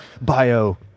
bio